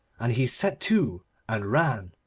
and he set to and ran,